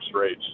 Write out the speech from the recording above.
rates